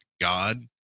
God